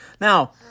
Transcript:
Now